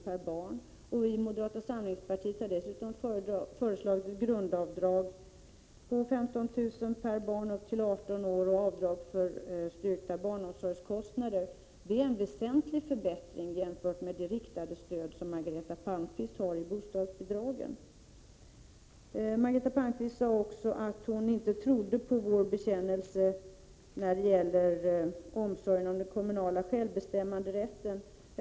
per barn och år att införas. Vi i moderata samlingspartiet har dessutom föreslagit ett grundavdrag om 15 000 kr. per år för barn upp till 18 år samt avdrag för styrkta barnomsorgskostnader. Det är en väsentlig förbättring jämfört med det riktade stöd som Margareta Palmqvist förespråkar beträffande bostadsbidragen. Margareta Palmqvist sade också att hon inte tror på vår bekännelse när det gäller omsorgen om den kommunala självbestämmanderätten.